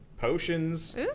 potions